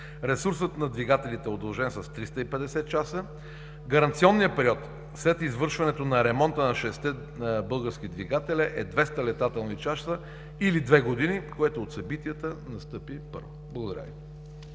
Ресурсът на двигателите е удължен с 350 часа, гаранционният период след извършването на ремонта на шестте български двигателя е 200 летателни часа или две години, което от събитията настъпи първо. Благодаря Ви.